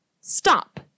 stop